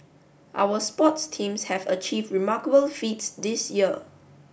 our sports teams have achieved remarkable feats this year